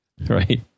right